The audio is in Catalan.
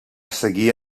seguir